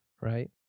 right